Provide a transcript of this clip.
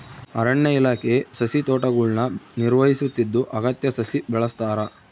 ಅರಣ್ಯ ಇಲಾಖೆ ಸಸಿತೋಟಗುಳ್ನ ನಿರ್ವಹಿಸುತ್ತಿದ್ದು ಅಗತ್ಯ ಸಸಿ ಬೆಳೆಸ್ತಾರ